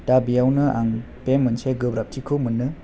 दा बियावनो आं बे मोनसे गोब्राबथिखौ मोनो